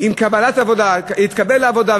עם קבלת עבודה, להתקבל לעבודה.